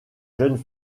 jeunes